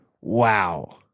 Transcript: Wow